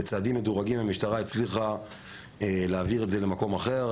בצעדים מדורגים המשטרה הצליחה להעביר את זה למקום אחר.